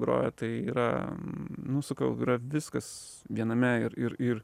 groja tai yra nu sakau yra viskas viename ir ir ir